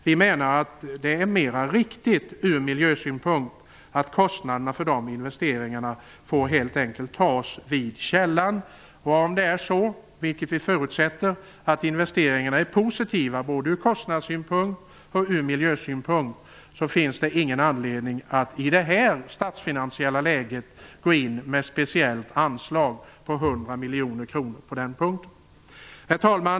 Vi menar att det är mera riktigt ur miljösynpunkt att kostnaderna för dessa investeringar helt enkelt får tas vid källan. Om det är så, vilket vi förutsätter, att investeringarna är positiva både ur kostnadssynpunkt och ur miljösynpunkt finns det ingen anledning att i det här statsfinansiella läget gå in med speciellt anslag på 100 miljoner kronor. Herr talman!